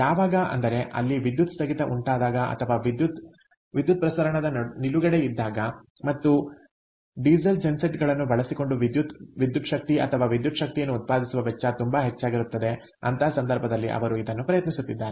ಯಾವಾಗ ಅಂದರೆ ಅಲ್ಲಿ ವಿದ್ಯುತ್ ಸ್ಥಗಿತ ಉಂಟಾದಾಗ ಅಥವಾ ವಿದ್ಯುತ್ಪ್ರಸರಣದ ನಿಲುಗಡೆ ಇದ್ದಾಗ ಮತ್ತು ಮತ್ತು ಡೀಸೆಲ್ ಜೆನ್ಸೆಟ್ಗಳನ್ನು ಬಳಸಿಕೊಂಡು ವಿದ್ಯುತ್ ವಿದ್ಯುತ್ ಶಕ್ತಿ ಅಥವಾ ವಿದ್ಯುತ್ ಶಕ್ತಿಯನ್ನು ಉತ್ಪಾದಿಸುವ ವೆಚ್ಚ ತುಂಬಾ ಹೆಚ್ಚಾಗಿರುತ್ತದೆ ಅಂತಹ ಸಂದರ್ಭಗಳಲ್ಲಿ ಅವರು ಇದನ್ನು ಪ್ರಯತ್ನಿಸುತ್ತಿದ್ದಾರೆ